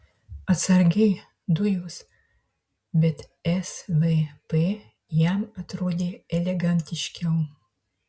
atsargiai dujos bet svp jam atrodė elegantiškiau